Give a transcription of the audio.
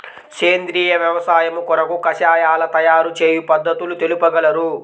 సేంద్రియ వ్యవసాయము కొరకు కషాయాల తయారు చేయు పద్ధతులు తెలుపగలరు?